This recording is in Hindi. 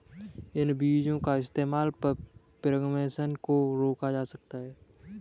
इन बीजो का इस्तेमाल पिग्मेंटेशन को भी रोका जा सकता है